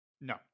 No